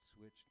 switch